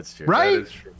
Right